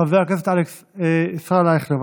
חבר הכנסת ישראל אייכלר,